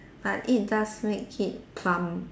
but it does make it plump